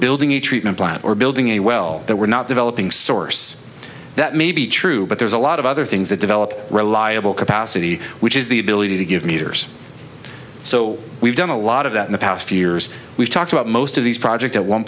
building a treatment plan or building a well that we're not developing source that may be true but there's a lot of other things that develop reliable capacity which is the ability to give meters so we've done a lot of that in the past few years we've talked about most of these projects at one